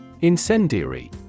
Incendiary